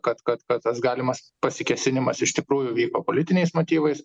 kad kad kad tas galimas pasikėsinimas iš tikrųjų vyko politiniais motyvais